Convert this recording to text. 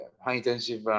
high-intensive